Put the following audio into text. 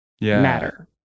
matter